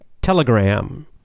Telegram